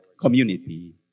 community